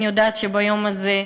אני יודעת שביום הזה,